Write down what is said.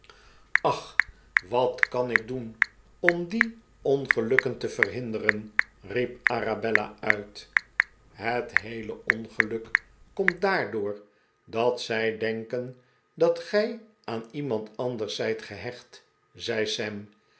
ach wat kan ik doen om die ongelukken te verhinderen riep arabella uit het heele ongeluk komt daardoor dat zij denken dat gij aan iemand anders zijt gehecht zei